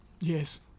Yes